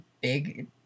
big